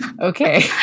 okay